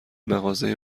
مغازه